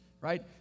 right